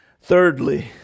Thirdly